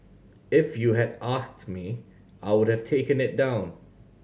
if you had asked me I would have taken it down